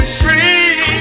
free